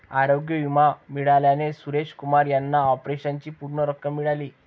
आरोग्य विमा मिळाल्याने सुरेश कुमार यांना ऑपरेशनची पूर्ण रक्कम मिळाली